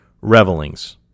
revelings